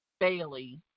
Bailey